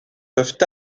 peuvent